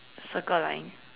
circle line